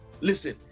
Listen